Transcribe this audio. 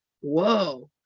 whoa